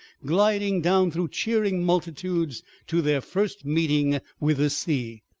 gliding down through cheering multitudes to their first meeting with the sea.